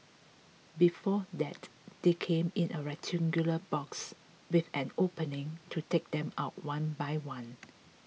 before that they came in a rectangular box with an opening to take them out one by one